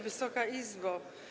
Wysoka Izbo!